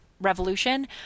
Revolution